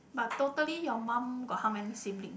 but totally your mum got how many sibling